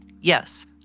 Yes